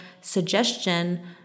suggestion